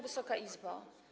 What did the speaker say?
Wysoka Izbo!